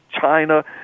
China